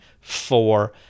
four